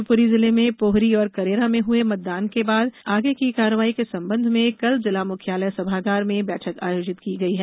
शिवपुरी जिले में पोहरी और करैरा में हुए मतदान के बाद आगे की कार्रवाई के संबंध में कल जिला मुख्यालय सभागार में बैठक आयोजित की गई है